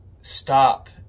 stop